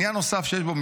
מי אמר את זה?